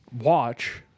watch